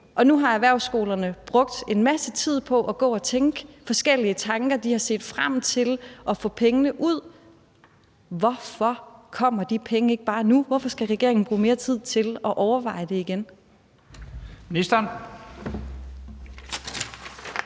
Og nu har erhvervsskolerne brugt en masse tid på at gå og tænke forskellige tanker; de har set frem til at få pengene ud. Hvorfor kommer de penge ikke bare nu? Hvorfor skal regeringen bruge mere tid til at overveje det igen? Kl.